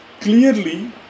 clearly